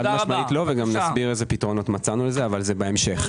חד משמעית לא וגם נסביר אילו פתרונות נתנו לזה אבל זה בהמשך.